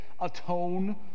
Atone